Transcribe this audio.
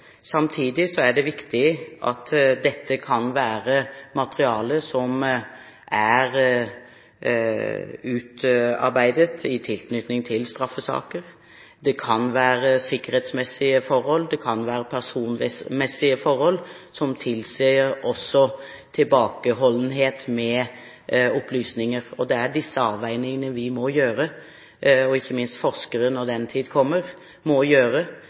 Samtidig er det viktig å si at dette kan være materiale som er utarbeidet i tilknytning til straffesaker. Det kan være sikkerhetsmessige forhold og personmessige forhold som tilsier tilbakeholdenhet med opplysninger. Det er disse avveiningene vi og, ikke minst, forskere – når den tid kommer – må gjøre.